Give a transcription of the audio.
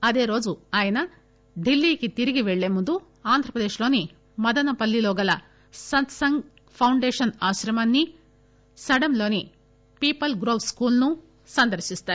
అదేరోజు ఆయన ఢిల్జీకి తిరిగి పెల్ణేముందు ఆంధ్రప్రదేశ్ లోని మధనపల్లిలోగల సంత్ సంఘ్ ఫౌండేషన్ ఆశ్రమాన్ని సడమ్ లోని పీపల్ గ్రోవ్ స్కూల్ ను సందర్పిస్తారు